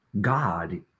God